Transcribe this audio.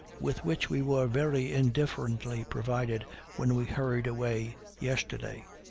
with which we were very indifferently provided when we hurried away yesterday.